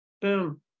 boom